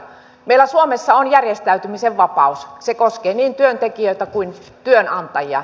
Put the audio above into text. meillä suomessa on järjestäytymisen vapaus se koskee niin työntekijöitä kuin työnantajia